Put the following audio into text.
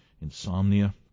insomnia